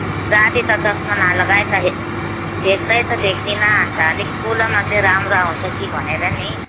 राती त चस्मा नलगाइ त देख्दै त देख्दिन अन्त अलिक ठुलोमा चाहिँ राम्रो आउँछ कि भनेर नि